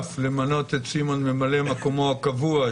בשעה 12:00.